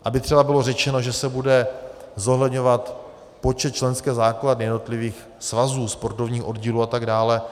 Aby třeba bylo řečeno, že se bude zohledňovat počet členské základny jednotlivých svazů, sportovních oddílů atd.